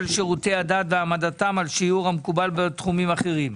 שירותי הדת והעמדתם על שיעור המקובל בתחומים אחרים,